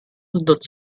hundert